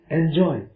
enjoy